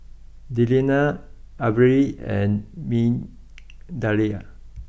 Delina Averi and Migdalia